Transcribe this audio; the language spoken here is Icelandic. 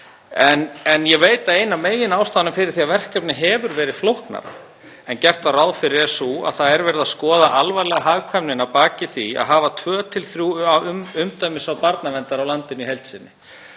En ég veit að ein af meginástæðunum fyrir því að verkefnið hefur verið flóknara en gert var ráð fyrir er sú að það er verið að skoða alvarlega hagkvæmnina að baki því að hafa tvö til þrjú umdæmisráð barnaverndar á landinu í heild sinni.